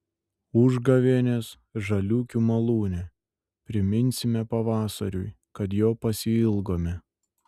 užgavėnės žaliūkių malūne priminsime pavasariui kad jo pasiilgome